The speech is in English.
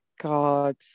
God